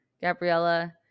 Gabriella